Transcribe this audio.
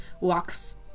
walks